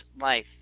life